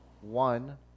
one